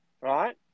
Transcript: right